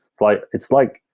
like it's like,